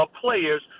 players